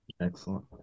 Excellent